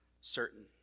certain